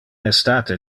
estate